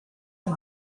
for